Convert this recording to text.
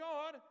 God